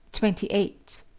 twenty eight.